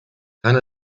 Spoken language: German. kann